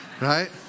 right